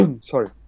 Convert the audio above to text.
sorry